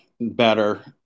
better